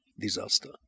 disaster